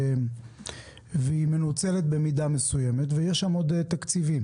והיא מנוצלת במידה מסוימת ויש שם עוד תקציבים